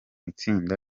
itsinda